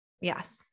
yes